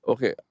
Okay